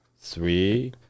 three